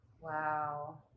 wow